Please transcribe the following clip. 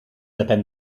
depèn